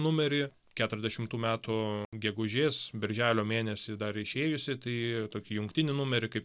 numerį keturiasdešimtų metų gegužės birželio mėnesį dar išėjusį tai tokį jungtinį numerį kaip